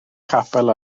capel